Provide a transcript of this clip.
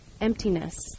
emptiness